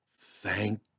Thank